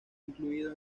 incluido